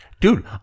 Dude